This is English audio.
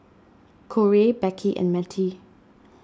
Korey Becky and Mettie